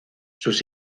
sus